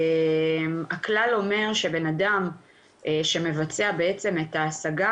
הכלל אומר שבנאדם שמבצע את ההשגה,